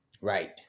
Right